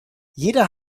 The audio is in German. jeder